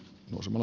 kiitokset